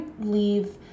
leave